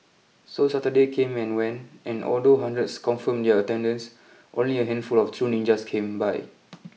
so Saturday came and went and although hundreds confirmed their attendance only a handful of true ninjas came by